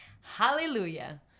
hallelujah